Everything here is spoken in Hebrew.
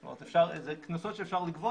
זאת אומרת אלה קנסות שאפשר לגבות,